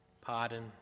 pardon